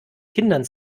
kindern